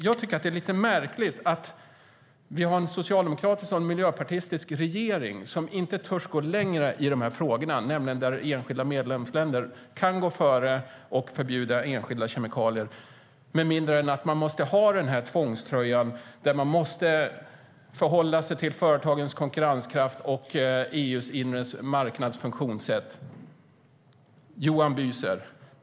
Jag tycker att det är lite märkligt att vi har en socialdemokratisk och miljöpartistisk regering som inte törs gå längre i de här frågorna, där enskilda medlemsländer kan gå före och förbjuda enskilda kemikalier, med mindre än att man måste ha denna tvångströja och förhålla sig till företagens konkurrenskraft och EU:s inre marknads funktionssätt. Johan Büser!